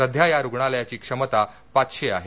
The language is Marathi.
सध्या या रुग्णालयाची क्षमता पाचशे आहे